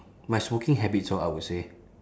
my smoking habits orh I would say